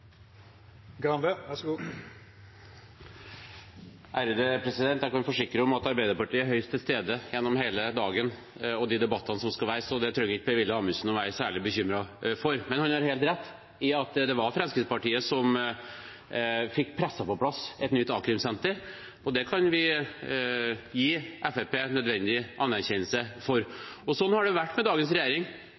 til stede gjennom hele dagen og i de debattene som skal være, så det trenger ikke Per-Willy Amundsen være særlig bekymret for. Men han har helt rett i at det var Fremskrittspartiet som fikk presset på plass et nytt a-krimsenter, og det kan vi gi Fremskrittspartiet nødvendig anerkjennelse for. Sånn har det vært med dagens regjering.